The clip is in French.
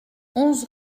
onze